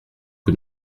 que